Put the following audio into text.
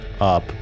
up